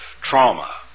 trauma